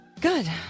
Good